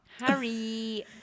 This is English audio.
Harry